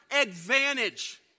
advantage